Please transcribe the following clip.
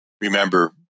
remember